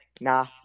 nah